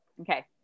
Okay